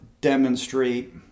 Demonstrate